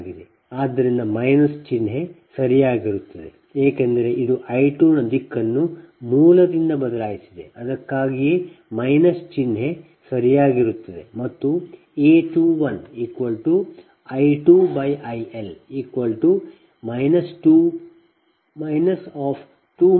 ಆದ್ದರಿಂದ ಮೈನಸ್ ಚಿಹ್ನೆ ಸರಿಯಾಗಿರುತ್ತದೆ ಏಕೆಂದರೆ ಇದು I 2 ನ ದಿಕ್ಕನ್ನು ಮೂಲದಿಂದ ಬದಲಾಯಿಸಲಾಗಿದೆ ಅದಕ್ಕಾಗಿಯೇ ಮೈನಸ್ ಚಿಹ್ನೆ ಸರಿಯಾಗಿರುತ್ತದೆ ಮತ್ತು A21 I2IL 2 j0